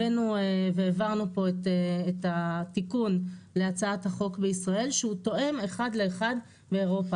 והעברנו פה את התיקון להצעת החוק בישראל שהוא תואם אחד לאחד לאירופה.